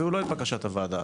לא את בקשת הוועדה,